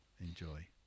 enjoy